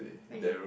really